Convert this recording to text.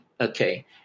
okay